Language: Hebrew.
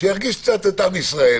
ירגיש את עם ישראל,